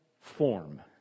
form